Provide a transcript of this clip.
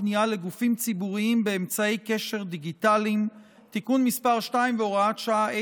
פנייה לגופים ציבוריים באמצעי קשר דיגיטליים (תיקון מס' 2 והוראת שעה),